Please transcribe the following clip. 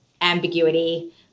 ambiguity